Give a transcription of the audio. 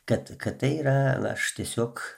kad kad tai yra aš tiesiog